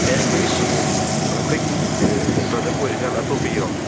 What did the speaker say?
ꯑꯦ ꯑꯩꯈꯣꯏꯒꯤ ꯁꯪꯒꯣꯝ ꯑꯩꯈꯣꯏꯒꯤ ꯄ꯭ꯔꯣꯗꯛ ꯑꯣꯏꯔꯤꯖꯥꯠꯂ ꯑꯇꯣꯞꯄꯒꯤꯔꯣ